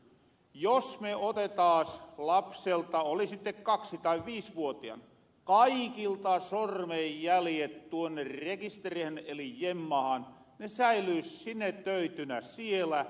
jos me otettaas lapselta oli sitten kaksi tai viisvuotias kaikilta sormenjäljet tuonne rekisterihin eli jemmahan ne säilyisi sinetöitynä siellä